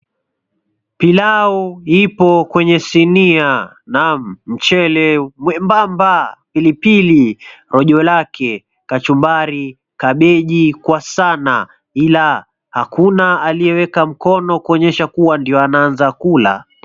Pilau ipo kwenye sinia, naam. Mchele mwembamba, pilipili, rojo lake, kachumbari, cabbage kwa sana ila hakuna aliyeweka mkono kuonyesha kua ndio anaanza kula.